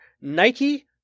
Nike